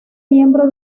miembro